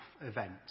event